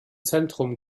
zentrum